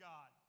God